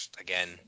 again